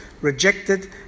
rejected